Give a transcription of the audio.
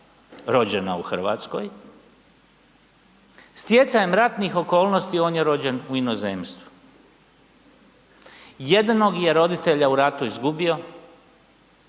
rođena u Hrvatskoj, stjecajem ratnih okolnosti on je rođen u inozemstvu, jednog je roditelja u ratu izgubio,